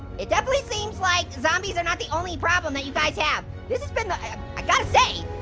it definitely seems like zombies are not the only problem that you guys have. this has been the, i um i gotta say,